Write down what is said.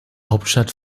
hauptstadt